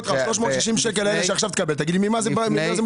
ה-360 שקל שתקבל עכשיו, תגיד לי ממה זה מורכב.